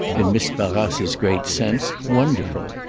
in miss barrace's great sense, wonderful.